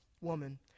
Woman